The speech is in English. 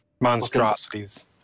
monstrosities